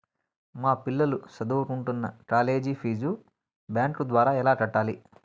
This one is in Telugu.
మా పిల్లలు సదువుకుంటున్న కాలేజీ ఫీజు బ్యాంకు ద్వారా ఎలా కట్టాలి?